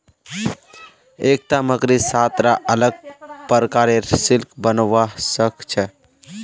एकता मकड़ी सात रा अलग प्रकारेर सिल्क बनव्वा स ख छ